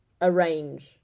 arrange